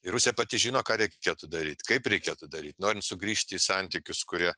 ir rusija pati žino ką reikėtų daryt kaip reikėtų daryt norint sugrįžt į santykius kurie